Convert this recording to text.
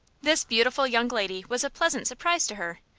this beautiful young lady was a pleasant surprise to her,